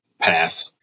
path